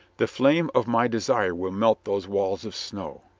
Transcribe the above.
the flame of my desire will melt those walls of snow.